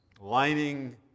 lining